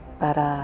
para